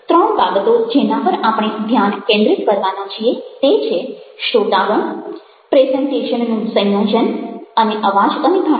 ત્રણ બાબતો જેના પર આપણે ધ્યાન કેન્દ્રિત કરવાના છીએ તે છે શ્રોતાગણ પ્રેઝન્ટેશનનું સંયોજન અને અવાજ અને ભાષા